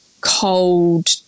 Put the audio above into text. cold